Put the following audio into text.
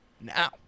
now